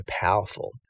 powerful